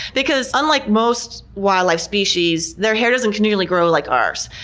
because unlike most wildlife species, their hair doesn't continually grow like ours.